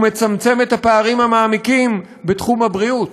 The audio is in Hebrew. הוא מצמצם את הפערים המעמיקים בתחום הבריאות.